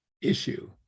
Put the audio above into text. issue